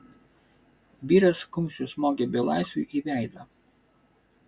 vyras kumščiu smogė belaisviui į veidą